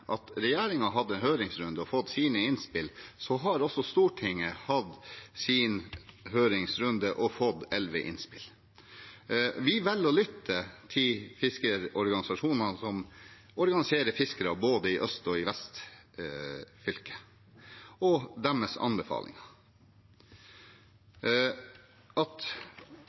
hadde en høringsrunde og har fått sine innspill, Stortinget har også hatt sin høringsrunde og fått elleve innspill. Vi velger å lytte til fiskerorganisasjonene som organiserer fiskere både i øst- og vestfylket, og deres anbefalinger.